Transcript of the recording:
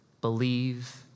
believe